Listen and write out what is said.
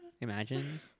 Imagine